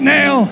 now